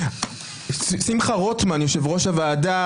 שמחה רוטמן יושב-ראש הוועדה,